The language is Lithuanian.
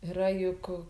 yra juk